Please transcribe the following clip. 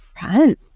friends